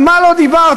על מה לא דיברת?